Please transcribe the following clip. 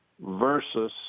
versus